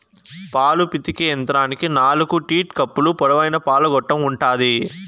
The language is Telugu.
పాలు పితికే యంత్రానికి నాలుకు టీట్ కప్పులు, పొడవైన పాల గొట్టం ఉంటాది